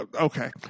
Okay